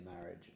marriage